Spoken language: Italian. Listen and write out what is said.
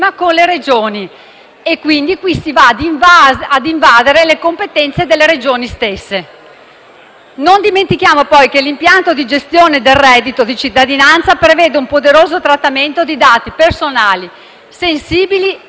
si va quindi ad invadere le competenze delle Regioni. Non dimentichiamo poi che l'impianto di gestione del reddito di cittadinanza prevede un poderoso trattamento di dati personali sensibili e particolari,